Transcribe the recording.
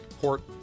port